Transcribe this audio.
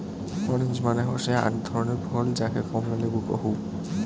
orange মানে হসে আক ধরণের ফল যাকে কমলা লেবু কহু